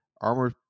armor